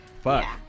Fuck